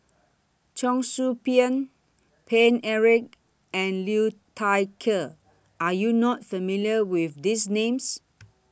Cheong Soo Pieng Paine Eric and Liu Thai Ker Are YOU not familiar with These Names